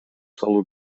салуу